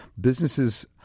businesses